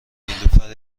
نیلوفر